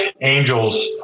angels